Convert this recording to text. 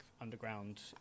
underground